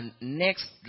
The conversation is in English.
Next